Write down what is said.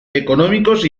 económicos